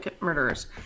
murderers